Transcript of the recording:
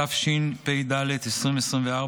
התשפ"ד 2024,